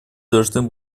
должны